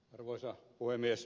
arvoisa puhemies